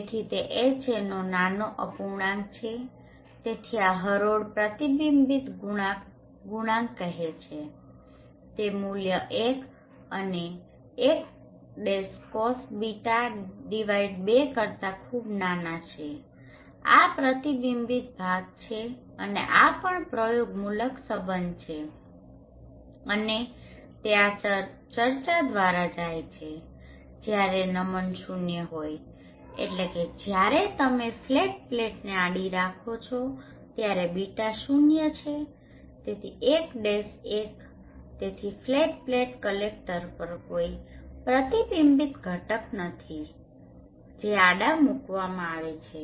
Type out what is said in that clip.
તેથી તે Haનો નાનો અપૂર્ણાંક છે તેથી આ હરોળ પ્રતિબિંબ ગુણાંક કહેવાય છે તે મૂલ્ય 1 અને 1 Cosβ2 કરતાં ખૂબ નાના છે આ પ્રતિબિંબિત ભાગ છે અને આ પણ પ્રયોગમૂલક સંબંધ છે અને તે આ ચર્ચા દ્વારા જાય છે જ્યારે નમન શૂન્ય હોય એટલે કે જ્યારે તમે ફ્લેટ પ્લેટને આડી રાખો છો ત્યારે બીટા શૂન્ય છે તેથી 1 1 તેથી ફ્લેટ પ્લેટ કલેકટર પર કોઈ પ્રતિબિંબિત ઘટક નથી જે આડા મૂકવામાં આવે છે